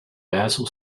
basil